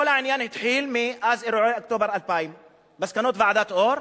כל העניין התחיל מאז אירועי אוקטובר 2000. מסקנות ועדת-אור,